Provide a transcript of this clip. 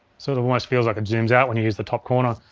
sort of almost feels like it zooms out when you use the top corner.